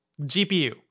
GPU